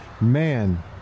Man